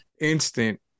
instant